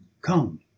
come